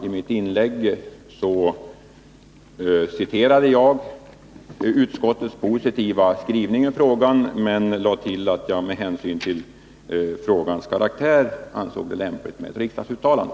I mitt inlägg citerade jag utskottets positiva skrivning men lade till att jag med hänsyn till frågans karaktär ansåg det lämpligt med ett riksdagsuttalande.